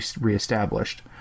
reestablished